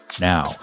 Now